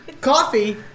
Coffee